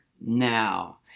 now